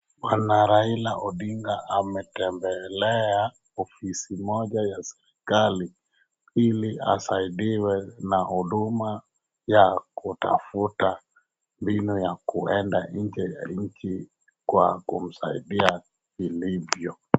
Bwana Raila Odinga ametembelea ofisi moja ya serekali ili asaidiwe na huduma ya kutafuta mbinu ya kuenda nje ya nchi kwa kumsaidia vilivyo.